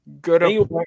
Good